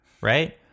Right